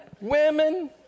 women